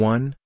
One